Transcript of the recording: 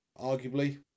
arguably